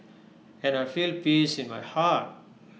and I feel peace in my heart